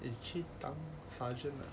then 你 change 到 sergeant lah